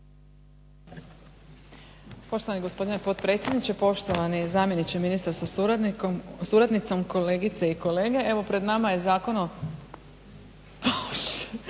Poštovani gospodine potpredsjedniče, poštovani zamjeniče ministra sa suradnicom, kolegice i kolege. Evo pred nama je Zakon o,